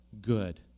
good